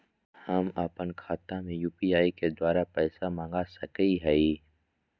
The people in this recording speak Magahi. हम अपन खाता में यू.पी.आई के द्वारा पैसा मांग सकई हई?